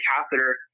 catheter